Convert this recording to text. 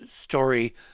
story